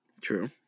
True